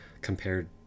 compared